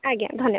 ଆଜ୍ଞା ଧନ୍ୟବାଦ